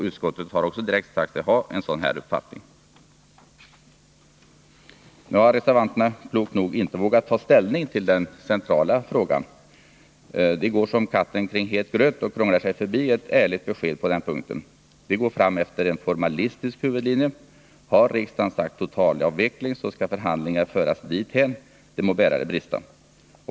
Utskottet har också direkt sagt sig ha en sådan här uppfattning. Reservanterna har — klokt nog — inte vågat ta ställning till den centrala frågan. De går som katten kring het gröt och krånglar sig förbi ett ärligt besked på den punkten. De går fram efter en formalistisk huvudlinje. Har riksdagen sagt totalavveckling, så skall förhandlingar föras dithän — det må bära eller brista.